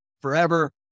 forever